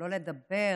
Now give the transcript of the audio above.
שלא לדבר